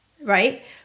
right